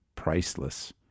priceless